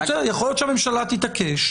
אבל בסדר, יכול להיות שהממשלה תתעקש.